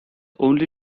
only